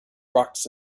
rocks